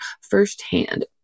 firsthand